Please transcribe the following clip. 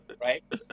right